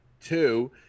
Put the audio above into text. Two